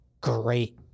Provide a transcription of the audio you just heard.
great